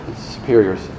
superiors